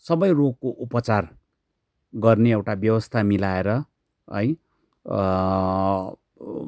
सबै रोगको उपचार गर्ने एउटा व्यवस्था मिलाएर है